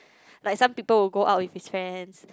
like some people will go out with his friends